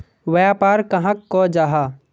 व्यापार कहाक को जाहा?